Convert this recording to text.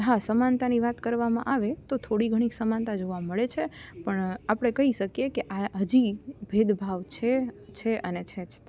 હા સમાનતાની વાત કરવામાં આવે તો થોડી ઘણી સમાનતા જોવા મળે છે પણ આપણે કહી શકીએ કે આ હજી ભેદભાવ છે છે અને છે જ તે